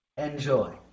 Enjoy